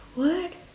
what